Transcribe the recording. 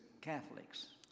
Catholics